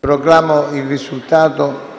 Proclamo il risultato